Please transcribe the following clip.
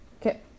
Okay